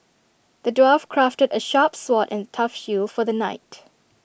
the dwarf crafted A sharp sword and tough shield for the knight